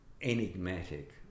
enigmatic